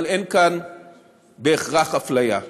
אבל אין כאן בהכרח אפליה.